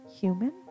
human